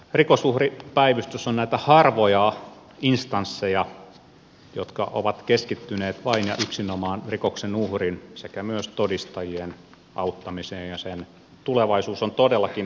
rikosuhripäivystys on niitä harvoja instansseja jotka ovat keskittyneet vain ja yksinomaan rikoksen uhrin sekä myös todistajien auttamiseen ja sen tulevaisuus on todellakin turvattava